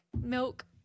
milk